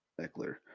Eckler